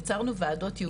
ייצרנו וועדות ייעודיות.